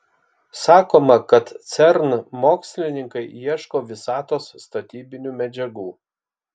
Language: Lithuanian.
sakoma kad cern mokslininkai ieško visatos statybinių medžiagų